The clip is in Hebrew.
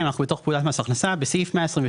תיקון פקודת מס הכנסה 11. (2) בסעיף 122,